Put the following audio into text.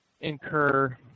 incur